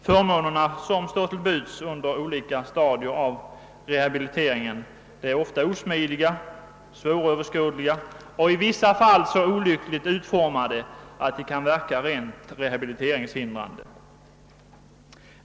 Förmånerna som står till buds på olika stadier av rehabiliteringen är ofta så osmidiga och oöverskådliga och i vissa fall så olyckligt utformade att de kan verka rent rehabiliteringshindrande.